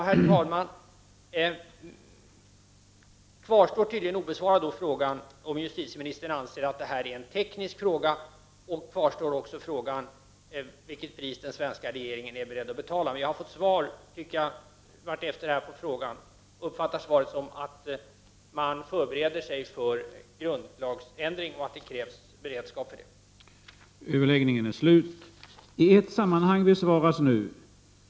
Herr talman! Frågan om justitieministern anser att det här gäller tekniska spörsmål kvarstår tydligen obesvarad, liksom också frågan om vilket pris den svenska regeringen är beredd att betala. Med ledning av de svar som jag allteftersom har fått uppfattar jag det dock så att man förbereder sig för grundlagsändring och att det krävs en beredskap för detta.